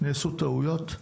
נעשו טעויות.